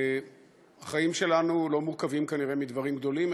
החיים שלנו לא מורכבים כנראה מדברים גדולים,